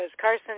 Carson